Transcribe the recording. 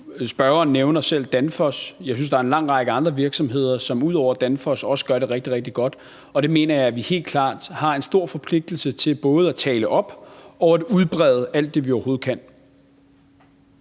Spørgeren nævner selv Danfoss. Jeg synes, at der er en lang række andre virksomheder, som ud over Danfoss også gør det rigtig, rigtig godt, og det mener jeg at vi har en stor forpligtelse til både at tale op og udbrede alt det, vi overhovedet kan.